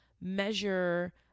measure